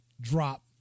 drop